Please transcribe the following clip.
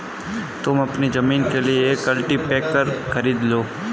तुम अपनी जमीन के लिए एक कल्टीपैकर खरीद लो